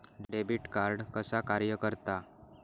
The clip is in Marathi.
डेबिट कार्ड कसा कार्य करता?